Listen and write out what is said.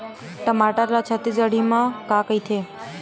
टमाटर ला छत्तीसगढ़ी मा का कइथे?